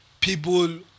people